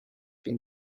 been